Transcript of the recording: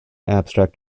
abstract